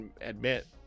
admit